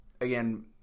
again